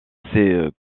ses